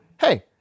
hey